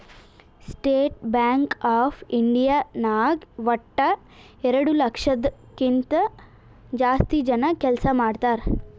state Bank of India ನಾಗ್ ವಟ್ಟ ಎರಡು ಲಕ್ಷದ್ ಕಿಂತಾ ಜಾಸ್ತಿ ಜನ ಕೆಲ್ಸಾ ಮಾಡ್ತಾರ್